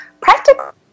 practical